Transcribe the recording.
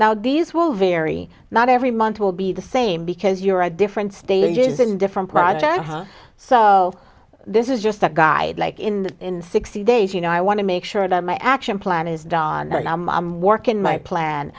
now these will vary not every month will be the same because you're at different stages in different projects so this is just a guy like in in sixty days you know i want to make sure that my action plan is don and i'm i'm working my plan